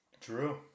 True